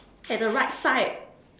at the right side